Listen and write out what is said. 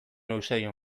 eusebio